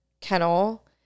kennel